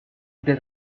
del